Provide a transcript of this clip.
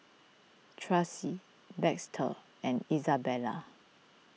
Tracie Baxter and Izabella